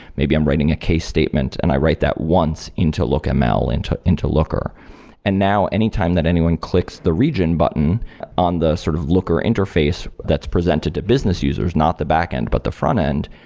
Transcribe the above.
maybe i'm writing a case statement, and i write that once in lookml, into into looker and now anytime that anyone clicks the region button on the sort of looker interface that's presented to business users, not the back end but the front end,